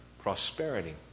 prosperity